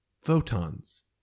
Photons